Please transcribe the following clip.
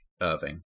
Irving